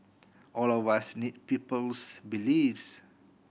all of us need people's beliefs